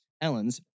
Ellens